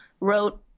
wrote